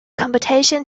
competition